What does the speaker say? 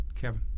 Kevin